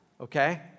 Okay